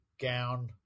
gown